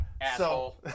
Asshole